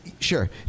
Sure